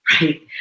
right